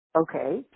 Okay